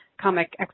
Comic